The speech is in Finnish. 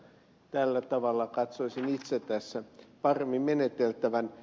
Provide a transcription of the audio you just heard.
tällä tavalla katsoisin itse tässä paremmin meneteltävän